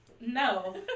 no